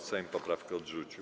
Sejm poprawki odrzucił.